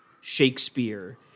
shakespeare